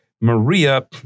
Maria